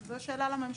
זו שאלה לממשלה.